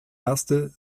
erste